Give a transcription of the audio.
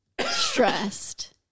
stressed